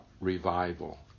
revival